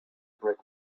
brick